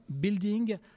building